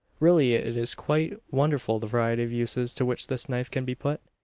really it is quite wonderful the variety of uses to which this knife can be put.